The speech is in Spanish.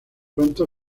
pronto